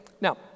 Now